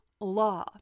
Law